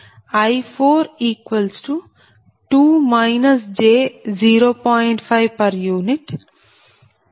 2 j0